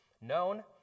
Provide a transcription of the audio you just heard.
known